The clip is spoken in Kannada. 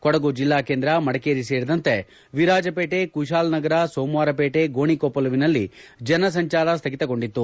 ಕೊಡಗು ಜಿಲ್ಲಾ ಕೇಂದ್ರ ಮಡಿಕೇರಿ ಸೇರಿದಂತೆ ವಿರಾಜಪೇಟೆ ಕುಶಾಲನಗರ ಸೋಮವಾರ ಪೇಟೆ ಗೋಣಿಕೊಪ್ಪಲುವಿನಲ್ಲಿ ಜನ ಸಂಚಾರ ಸ್ಥಗಿತಗೊಂಡಿತ್ತು